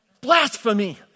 Blasphemy